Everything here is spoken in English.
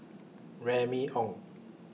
Remy Ong